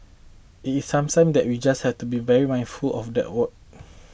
it is something that we just have to be very mindful of that what